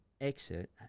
exit